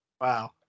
Wow